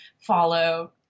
follow